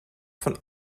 von